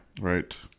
Right